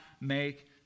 make